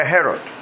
Herod